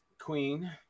queen